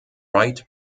bright